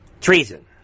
Treason